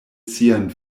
sian